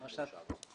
פחות.